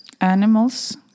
animals